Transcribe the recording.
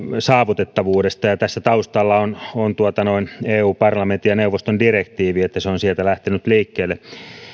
saavutettavuudesta tässä taustalla on on eu parlamentin ja neuvoston direktiivi se on sieltä lähtenyt liikkeelle